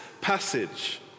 passage